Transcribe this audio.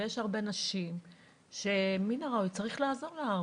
יש הרבה נשים שמן הראוי לעזור להן,